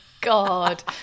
God